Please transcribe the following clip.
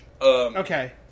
Okay